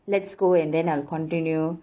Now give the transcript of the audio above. let's go and then I'll continue